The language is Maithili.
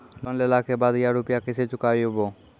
लोन लेला के बाद या रुपिया केसे चुकायाबो?